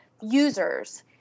users